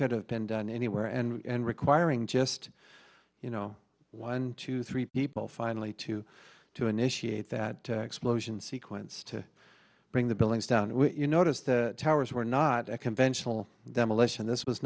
could have been done anywhere and requiring just you know one two three people finally two to initiate that explosion sequence to bring the buildings down will you notice the towers were not a conventional demolition this was